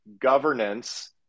governance